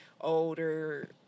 Older